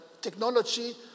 technology